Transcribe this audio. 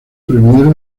premier